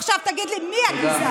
עכשיו תגיד לי, מי הגזענים?